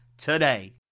today